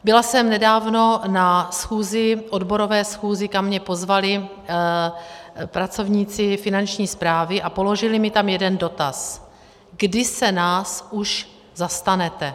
Byla jsem nedávno na odborové schůzi, kam mě pozvali pracovníci Finanční správy, a položili mi tam jeden dotaz: Kdy se nás už zastanete?